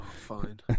fine